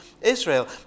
Israel